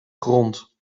grond